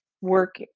work